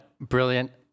brilliant